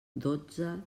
dotze